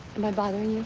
am i bothering